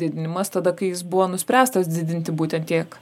didinimas tada kai jis buvo nuspręstas didinti būtent tiek